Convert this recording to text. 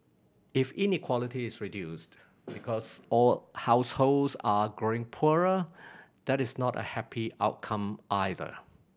if inequality is reduced because all households are growing poorer that is not a happy outcome either